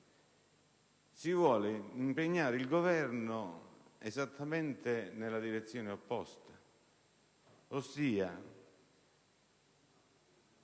si vuole impegnare il Governo esattamente nella direzione opposta, ossia,